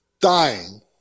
dying